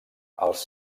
els